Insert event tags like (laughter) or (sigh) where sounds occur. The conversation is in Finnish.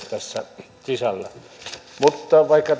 (unintelligible) tässä ne keskeiset sisällöt mutta vaikka (unintelligible)